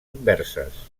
inverses